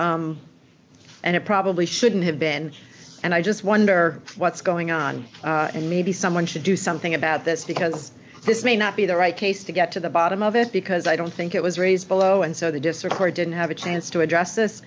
checked and it probably shouldn't have been and i just wonder what's going on and maybe someone should do something about this because this may not be the right case to get to the bottom of it because i don't think it was raised below and so the disorder didn't have a chance to address this